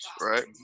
right